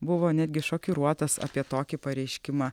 buvo netgi šokiruotas apie tokį pareiškimą